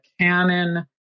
Canon